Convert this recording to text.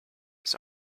his